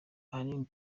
ahanini